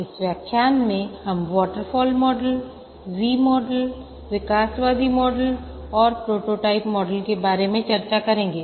इस व्याख्यान में हम वॉटरफॉल मॉडल V मॉडल विकासवादी मॉडल और प्रोटोटाइप मॉडल के बारे में चर्चा करेंगे